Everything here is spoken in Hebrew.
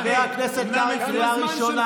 חבר הכנסת קרעי, קריאה ראשונה.